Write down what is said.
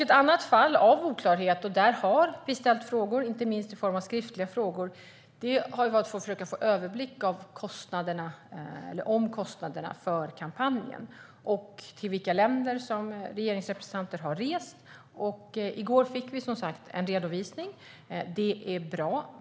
Ett annat fall av oklarhet - och där har vi ställt frågor, inte minst i form av skriftliga frågor - har gällt kostnaderna för kampanjen och till vilka länder regeringsrepresentanter har rest, vilket vi har velat få en överblick av. I går fick vi som sagt en redovisning, och det är bra.